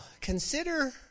consider